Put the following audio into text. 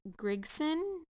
Grigson